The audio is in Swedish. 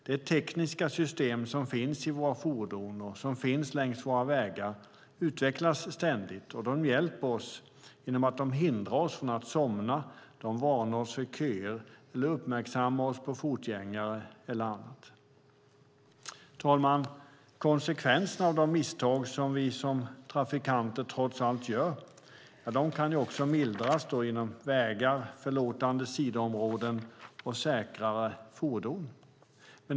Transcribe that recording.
De tekniska system som finns i våra fordon och längs våra vägar utvecklas ständigt och hjälper oss genom att de hindrar oss från att somna, varnar oss för köer eller uppmärksammar oss på fotgängare eller annat. Fru talman! Konsekvenserna av de misstag som vi som trafikanter trots allt gör kan mildras genom säkra vägar, förlåtande sidoområden och säkrare fordon.